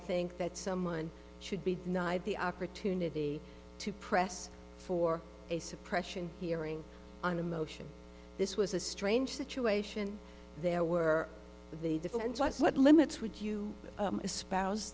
think that someone should be denied the opportunity to press for a suppression hearing on a motion this was a strange situation there were the defense was what limits would you espouse